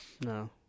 No